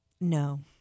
No